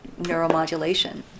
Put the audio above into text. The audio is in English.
neuromodulation